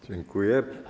Dziękuję.